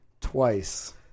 twice